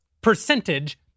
percentage